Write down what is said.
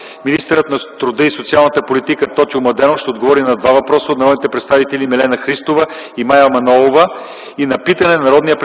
Министърът на труда и социалната политика Тотю Младенов ще отговори на два въпроса от народните представители Милена Христова и Мая Манолова и на питане от народния представител